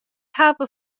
hawwe